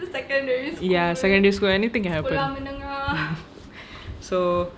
ya secondary school anything can happen so